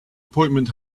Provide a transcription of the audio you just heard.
appointment